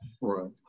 Right